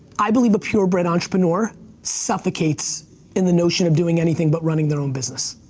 i believe a purebred entrepreneur suffocates in the notion of doing anything but running their own business.